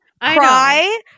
cry